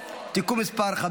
(מעצר וחיפוש) (מס' 17)